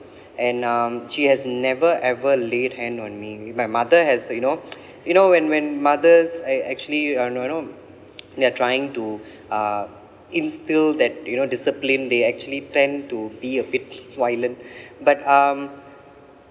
and um she has never ever laid hand on me my mother has you know you know when when mothers a~ actually you know you know they are trying to uh instill that you know discipline they actually tend to be a bit violent but um